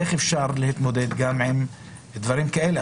איך אפשר להתמודד גם עם דברים כאלה?